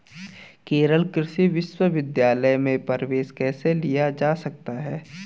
केरल कृषि विश्वविद्यालय में प्रवेश कैसे लिया जा सकता है?